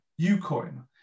Ucoin